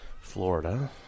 Florida